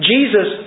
Jesus